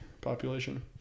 population